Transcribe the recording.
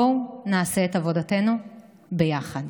בואו נעשה את עבודתנו ביחד.